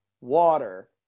water